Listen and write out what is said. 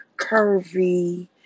curvy